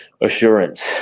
assurance